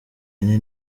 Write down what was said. yine